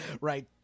Right